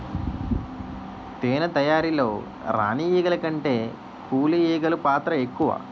తేనె తయారీలో రాణి ఈగల కంటే కూలి ఈగలు పాత్ర ఎక్కువ